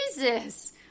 Jesus